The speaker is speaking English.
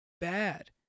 bad